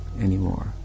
anymore